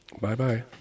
Bye-bye